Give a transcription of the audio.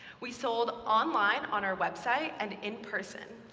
we sold online on our website and in person,